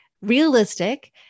Realistic